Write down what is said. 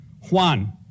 Juan